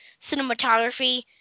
cinematography